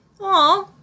Aw